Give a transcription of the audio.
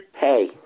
Hey